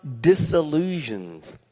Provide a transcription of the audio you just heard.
disillusioned